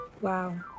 Wow